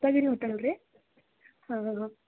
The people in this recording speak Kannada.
ಹೋಟೆಲ್ ರೀ ಹಾಂ